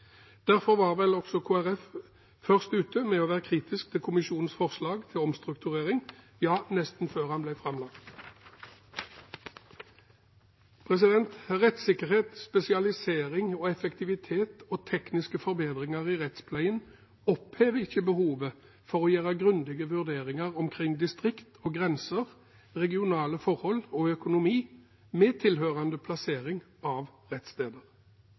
Derfor var vel også Kristelig Folkeparti først ute med å være kritisk til kommisjonens forslag til omstrukturering – ja, nesten før det ble framlagt. Rettssikkerhet, spesialisering og effektivitet og tekniske forbedringer i rettspleien opphever ikke behovet for å gjøre grundige vurderinger omkring distrikt og grenser, regionale forhold og økonomi, med tilhørende plassering av rettssteder.